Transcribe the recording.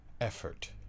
effort